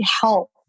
help